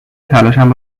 تلاشم